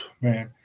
man